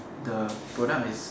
the product is